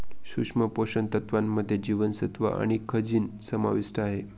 सूक्ष्म पोषण तत्त्वांमध्ये जीवनसत्व आणि खनिजं समाविष्ट आहे